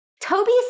toby